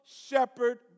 shepherd